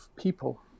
people